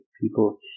people